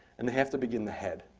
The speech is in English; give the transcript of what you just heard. and they have to begin the head.